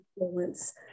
influence